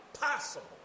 possible